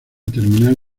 terminal